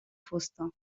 fusta